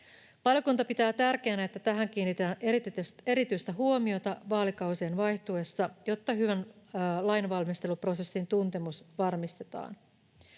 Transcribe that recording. Valiokunta pitää tärkeänä, että tähän kiinnitetään erityistä huomiota vaalikausien vaihtuessa, jotta hyvän lainvalmisteluprosessin tuntemus varmistetaan.